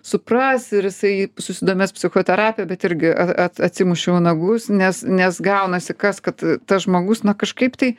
supras ir jisai susidomės psichoterapija bet irgi a at atsimušiau nagus nes nes gaunasi kas kad tas žmogus na kažkaip tai